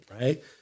right